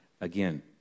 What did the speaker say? again